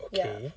okay